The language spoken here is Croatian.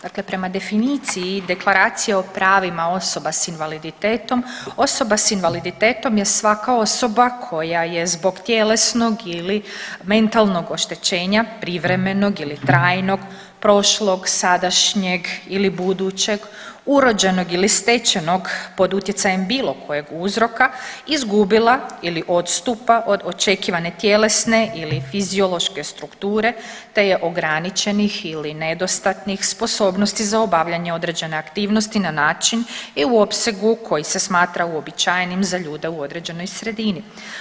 Dakle prema definiciji Deklaracije o pravima osoba s invaliditetom, osoba s invaliditetom je svaka osoba koja je zbog tjelesnog ili mentalnog oštećenja, privremenog ili trajnog prošlog, sadašnjeg ili budućeg, urođenog ili stečenog, pod utjecajem bilo kojeg uzroka, izgubila ili odstupa od očekivane tjelesne ili fiziološke strukture te je ograničenih ili nedostatnih sposobnosti za obavljanje određene aktivnosti na način i u opsegu koji se smatra uobičajenim za ljude u određenoj sredini.